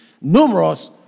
numerous